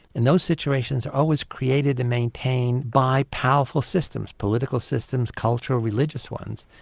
and those situations are always created and maintained by powerful systems, political systems, cultural, religious ones.